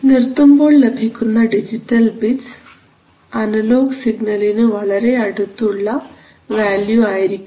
നിർത്തുമ്പോൾ ലഭിക്കുന്ന digital bits analog സിഗ്നലിനു വളരെ അടുത്തുള്ള വാല്യൂ ആയിരിക്കും